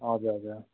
हजुर हजुर अँ